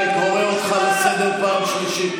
אני קורא אותך לסדר בפעם השלישית,